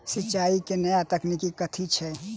सिंचाई केँ नया तकनीक कथी छै?